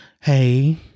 Hey